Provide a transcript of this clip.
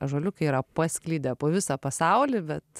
ąžuoliukai yra pasklidę po visą pasaulį bet